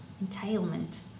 Entailment